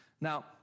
Now